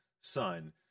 son